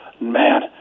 Man